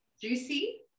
Juicy